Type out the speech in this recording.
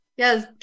Yes